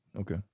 Okay